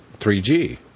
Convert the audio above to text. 3G